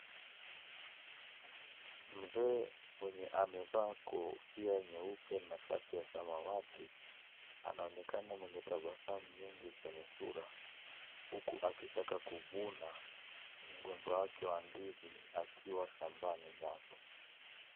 Mzee mwenye amevaa kofia nyeupe na shati ya samawati anaonekana mwenye tabasamu nyingi kwenye sura huku akitaka kuvuna mgomba wake wa ndizi akiwa shambani mwake.